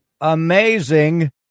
amazing